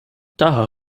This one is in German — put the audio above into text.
daher